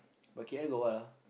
but K_L got what ah